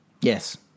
Yes